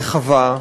רחבה,